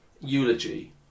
eulogy